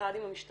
אחד עם המשטרה,